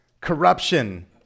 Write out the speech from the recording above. corruption